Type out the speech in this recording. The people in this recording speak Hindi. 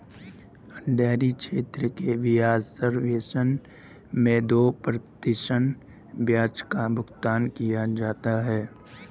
डेयरी क्षेत्र के ब्याज सबवेसन मैं दो प्रतिशत ब्याज का भुगतान किया जाता है